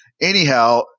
Anyhow